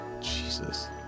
Jesus